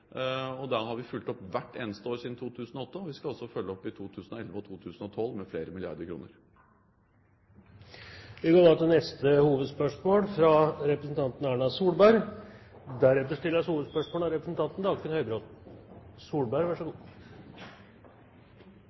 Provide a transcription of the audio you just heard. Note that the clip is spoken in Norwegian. har vi fulgt opp hvert eneste år siden 2008, og vi skal også følge opp i 2011 og 2012 med flere milliarder kroner. Vi går da til neste hovedspørsmål.